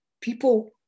people